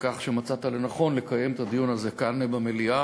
על כך שמצאת לנכון לקיים את הדיון הזה כאן במליאה,